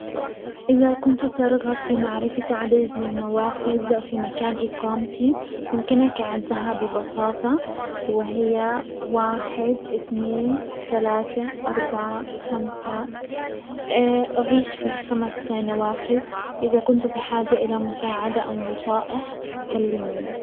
اذا كنت ترغب في معرفة عدد من النوافذ في مكان اقامتي، يمكنك عدها ببساطة، وهي واحد اتنين تلاتة اربعة خمسة، اعيش في خمس نوافز. ازا كنتم بحاجة الى مساعدة او نصائح كلمني.